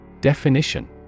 Definition